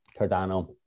cardano